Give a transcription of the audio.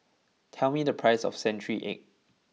tell me the price of Century Egg